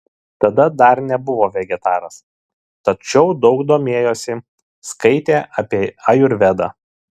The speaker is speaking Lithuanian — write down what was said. tada dar nebuvo vegetaras tačiau daug domėjosi skaitė apie ajurvedą